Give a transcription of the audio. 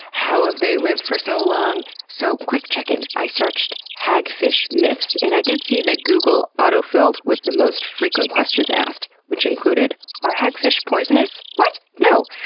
how have they lived for so long? so quick check in i searched hagfish myths and i did see that google auto-filled with the most frequent questions asked which included are hagfish poisonous? what? no.